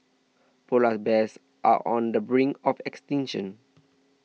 Polar Bears are on the brink of extinction